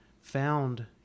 found